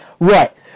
Right